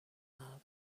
love